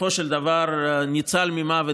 ובסופו של דבר ניצל ממוות,